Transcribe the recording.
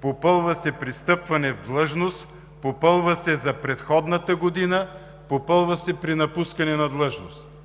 попълва се при встъпване в длъжност; попълва се за предходната година; попълва се при напускане на длъжност.